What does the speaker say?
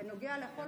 בנוגע לכל